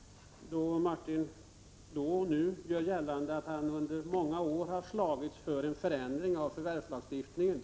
— hört Martin Olsson göra gällande att han under många år har slagits för en förändring av jordförvärvslagstiftningen.